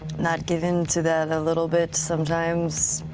not give in to that a little bit sometimes.